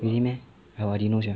really meh oh I didn't know sia